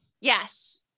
Yes